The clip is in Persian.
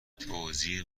توزیع